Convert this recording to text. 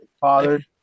bothered